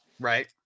Right